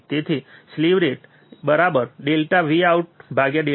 તેથી સ્લીવ રેટe ∆Vout∆tછે